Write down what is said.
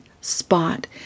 spot